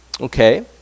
Okay